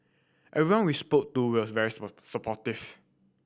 everyone we spoke to was very supportive